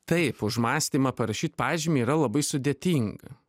taip už mąstymą parašyt pažymį yra labai sudėtinga